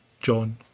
John